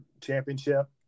championship